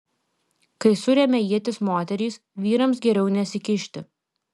kai suremia ietis moterys vyrams geriau nesikišti